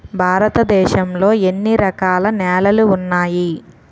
భారతదేశం లో ఎన్ని రకాల నేలలు ఉన్నాయి?